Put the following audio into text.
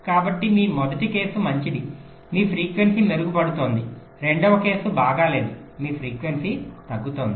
కాబట్టి మీ మొదటి కేసు మంచిది మీ ఫ్రీక్వెన్సీ మెరుగుపడుతోంది రెండవ కేసు బాగాలేదు మీ ఫ్రీక్వెన్సీ తగ్గుతోంది